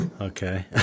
Okay